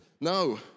No